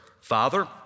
Father